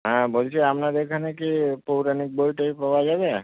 হ্যাঁ বলছি আপনার এখানে কি পৌরাণিক বই টই পাওয়া যাবে